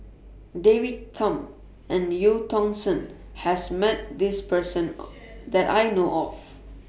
David Tham and EU Tong Sen has Met This Person that I know of